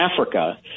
Africa